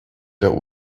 der